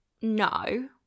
no